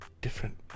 different